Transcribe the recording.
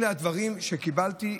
אלה הדברים שקיבלתי.